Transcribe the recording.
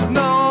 no